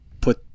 put